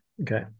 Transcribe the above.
Okay